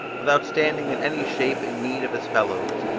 without standing in any shape in need of his fellows,